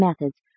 methods